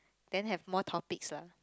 then have more topics lah